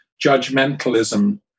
judgmentalism